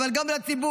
אבל גם לציבור.